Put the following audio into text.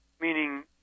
meaning